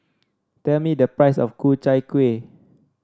tell me the price of Ku Chai Kuih